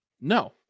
No